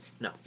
no